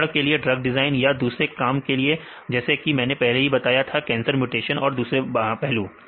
उदाहरण के लिए ड्रग डिजाइन या दूसरे काम के लिए जैसा कि मैंने पहले भी बताया जैसे कि कैंसर म्यूटेशन और दूसरे पहलू